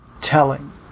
telling